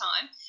time